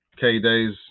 K-Days